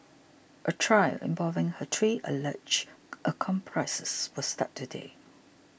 a trial involving her three alleged accomplices will start today